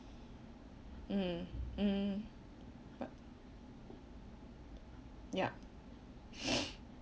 mm mm but yup